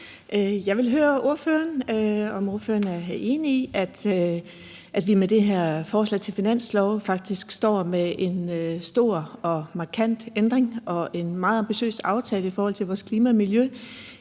Jeg vil spørge ordføreren, om ordføreren er enig i, at vi med det her finanslovsforslag faktisk står med en stor og markant ændring og med en meget ambitiøs aftale i forhold til vores klima og miljø